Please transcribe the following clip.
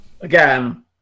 Again